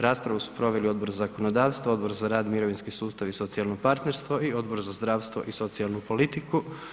Raspravu su proveli Odbor za zakonodavstvo, Odbor za rad, mirovinski sustav i socijalno partnerstvo i Odbor za zdravstvo i socijalnu politiku.